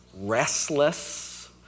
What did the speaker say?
Restless